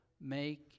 make